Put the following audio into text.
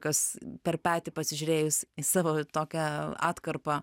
kas per petį pasižiūrėjus į savo tokią atkarpą